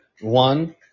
one